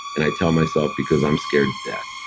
and i tell myself, because i'm scared to death.